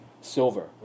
silver